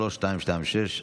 3226,